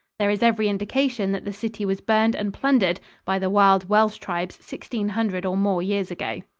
there is every indication that the city was burned and plundered by the wild welsh tribes sixteen hundred or more years ago.